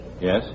Yes